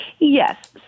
Yes